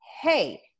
Hey